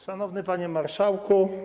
Szanowny Panie Marszałku!